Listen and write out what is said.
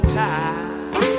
time